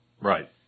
Right